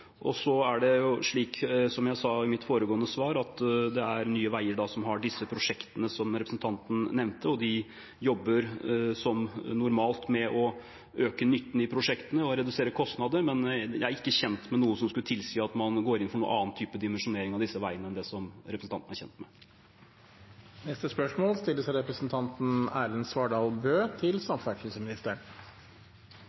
nevnte, og de jobber som normalt med å øke nytten i prosjektene og redusere kostnadene. Men jeg er ikke kjent med noe som skulle tilsi at man går inn for en annen type dimensjonering av disse veiene enn det som representanten er kjent med. «Statsråden har uttalt at forhandlinger om en byvekstavtale for Tromsø ikke kan begynne før mandatet for forhandlingene er klart. Nå kommer det fram i en sak i Tromsø at mandatet var klargjort av Solberg-regjeringen allerede i september. Regjeringspartiene sa